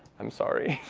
i'm sorry.